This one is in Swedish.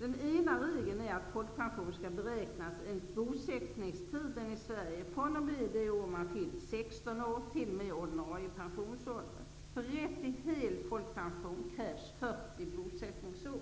Den ena regeln är att folkpensionen skall beräknas enligt bosättningstiden i Sverige fr.o.m. det år man fyller 16 år t.o.m. ordinarie pensionsålder. För rätt till hel folkpension krävs 40 bosättningsår.